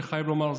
שחייב לומר זאת.